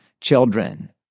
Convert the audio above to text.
children